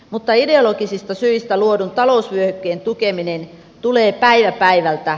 mutta ideologisista syistä luodun talousvyöhykkeen tukeminen tulee päivä päivältä